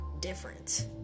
different